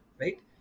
right